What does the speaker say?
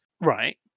Right